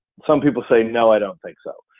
some people say no, i don't think so.